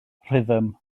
rhythm